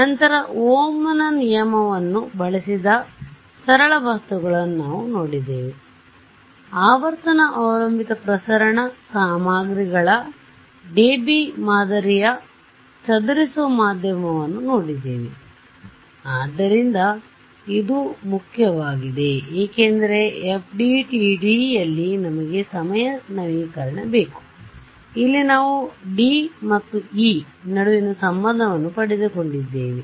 ನಂತರ ಓಮ್ನ ನಿಯಮವನ್ನು ಬಳಸಿದ ಸರಳ ವಸ್ತುಗಳನ್ನು ನಾವು ನೋಡಿದ್ದೇವೆ ನಂತರ ಆವರ್ತನ ಅವಲಂಬಿತ ಪ್ರಸರಣ ಸಾಮಗ್ರಿಗಳ ಡೆಬಿ ಮಾದರಿಯ ಚದುರಿಸುವ ಮಾಧ್ಯಮವನ್ನು ನೋಡಿದ್ದೇವೆ ಆದ್ದರಿಂದಇದು ಮುಖ್ಯವಾಗಿದೆ ಏಕೆಂದರೆ ಎಫ್ಡಿಟಿಡಿಯಲ್ಲಿ ನಮಗೆ ಸಮಯ ನವೀಕರಣ ಬೇಕು ಮತ್ತು ಇಲ್ಲಿ ನಾವು ಡಿ ಮತ್ತು ಇ ನಡುವಿನ ಸಂಬಂಧವನ್ನು ಪಡೆದುಕೊಂಡಿದ್ದೇವೆ